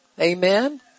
Amen